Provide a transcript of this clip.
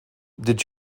did